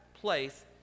place